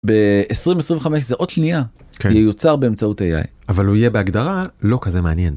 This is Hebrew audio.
ב-2025 זה עוד שנייה ייוצר באמצעות AI - אבל הוא יהיה בהגדרה לא כזה מעניין.